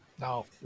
No